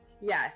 Yes